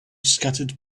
scattered